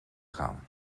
gaan